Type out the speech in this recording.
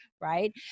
right